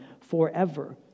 forever